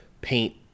paint